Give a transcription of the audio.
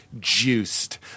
juiced